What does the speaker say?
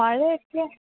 മഴയൊക്കെ